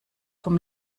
vom